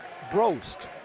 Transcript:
Brost